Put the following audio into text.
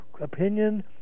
opinion